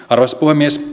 arvoisa puhemies